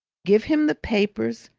give him the papers,